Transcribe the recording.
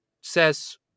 says